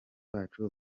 bacu